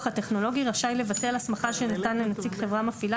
הטכנולוגי רשאי לבטל הסמכה שניתן לנציג חברה מפעילה